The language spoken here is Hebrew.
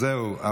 אז זהו.